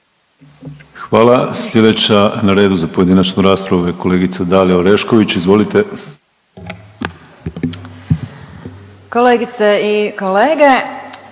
Hvala. Slijedeća na redu za pojedinačnu raspravu je kolegica Dalija Orešković, izvolite. **Orešković,